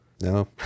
No